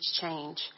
change